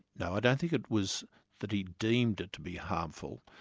no, i don't think it was that he deemed it to be harmful,